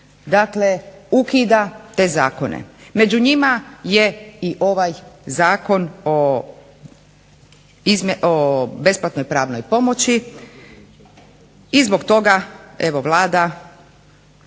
sud ukida te zakone. Među njima je i ovaj Zakon o besplatnoj pravnoj pomoći. I zbog toga Vlada